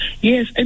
Yes